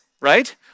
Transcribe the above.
right